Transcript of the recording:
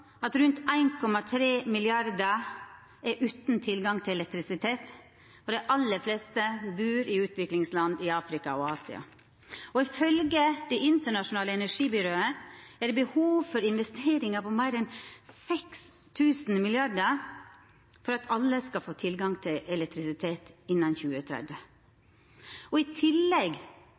utan tilgang til elektrisitet, og dei aller fleste bur i utviklingsland i Afrika og Asia. Ifølgje det internasjonale energibyrået er det behov for investeringar på meir enn 6 000 mrd. kr for at alle skal få tilgang til elektrisitet innan 2030. I tillegg